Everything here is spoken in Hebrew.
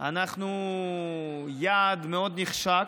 אנחנו יעד מאוד נחשק,